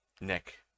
Nick